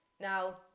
Now